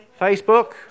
Facebook